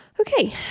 Okay